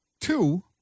two